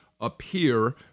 appear